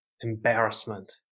embarrassment